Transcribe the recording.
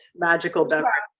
magical beverage.